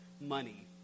money